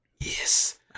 Yes